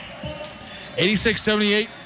86-78